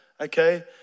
okay